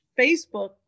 facebook